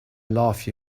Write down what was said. love